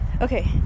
Okay